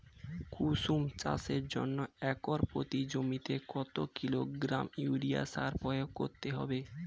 কুসুম চাষের জন্য একর প্রতি জমিতে কত কিলোগ্রাম ইউরিয়া সার প্রয়োগ করতে হবে?